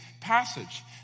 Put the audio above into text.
passage